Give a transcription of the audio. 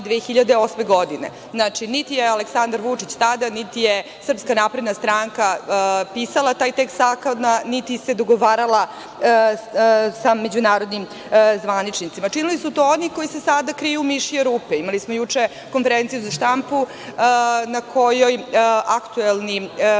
2008. godine. Znači, niti je Aleksandar Vučić tada niti je SNS pisala taj tekst niti se dogovarala sa međunarodnim zvaničnicima, činili su to oni koji se sada kriju u mišije rupe. Imali smo juče konferenciju za štampu na kojoj aktuelni